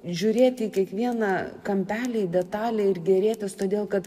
žiūrėti į kiekvieną kampelį detalę ir gėrėtis todėl kad